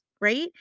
right